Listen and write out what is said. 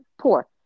poor